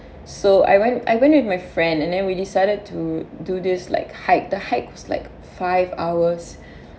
so I went I went with my friend and then we decided to do this like hike the hike was like five hours